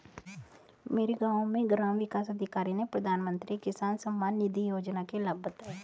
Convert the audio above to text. मेरे गांव में ग्राम विकास अधिकारी ने प्रधानमंत्री किसान सम्मान निधि योजना के लाभ बताएं